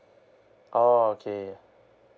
oh okay